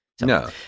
No